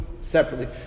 separately